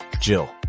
Jill